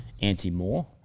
anti-Moore